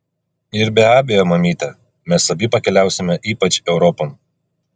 ir be abejo mamyte mes abi pakeliausime ypač europon